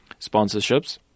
sponsorships